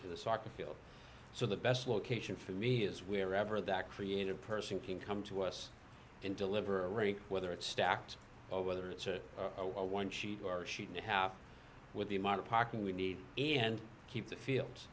to the soccer field so the best location for me is wherever that creative person can come to us and deliver a rink whether it's stacked over there it's a one sheet or sheet in half with the amount of parking we need and keep the fields